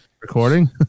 Recording